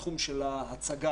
לתחום של ההצגה,